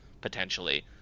potentially